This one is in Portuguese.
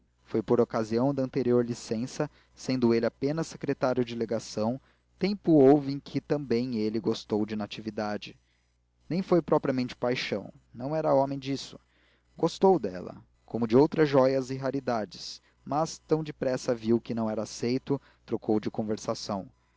foi por ocasião da anterior licença sendo ele apenas secretário de legação tempo houve em que também ele gostou de natividade não foi propriamente paixão não era homem disso gostou dela como de outras joias e raridades mas tão depressa viu que não era aceito trocou de conversação